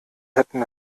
hätten